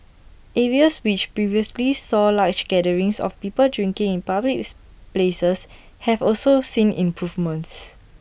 areas which previously saw large gatherings of people drinking in public's places have also seen improvements